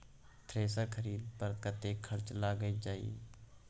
Thresher खरीदे पर कतेक खर्च लाईग जाईत?